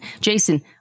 Jason